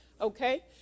okay